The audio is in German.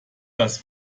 dass